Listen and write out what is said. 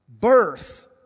Birth